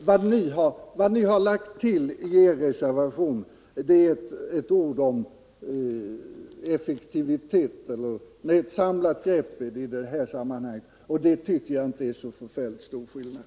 Vad ni har lagt till i er reservation är bara några ord om ett samlat grepp i detta sammanhang, som jag inte tycker gör så förfärligt stor skillnad.